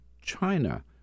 China